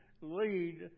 lead